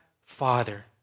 Father